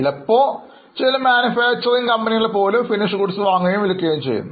ചിലപ്പോൾ നിർമാണ കമ്പനികൾ പോലും finished goods വാങ്ങുകയും വിൽക്കുകയും ചെയ്യുന്നു